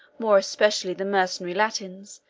more especially the mercenary latins,